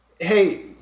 hey